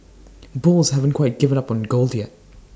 bulls haven't quite given up on gold yet